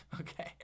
Okay